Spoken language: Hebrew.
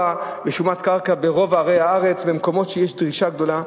בשומת קרקע ברוב ערי הארץ במקומות שיש דרישה גדולה,